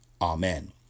Amen